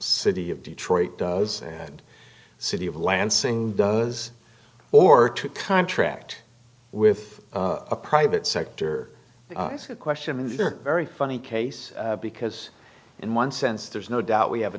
city of detroit does and city of lansing does or to contract with a private sector it's a question in their very funny case because in one sense there's no doubt we have a